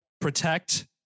Protect